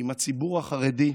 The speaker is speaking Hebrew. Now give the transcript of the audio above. עם הציבור החרדי,